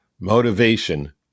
Motivation